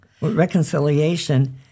Reconciliation